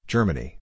Germany